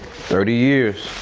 thirty years.